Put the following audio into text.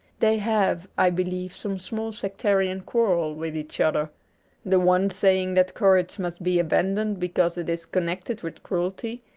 they have, i believe, some small sectarian quarrel with each other the one saying that courage must be abandoned because it is connected with cruelty,